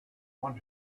want